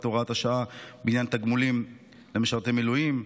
הוראת השעה בעניין תגמולים למשרתי מילואים,